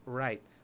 right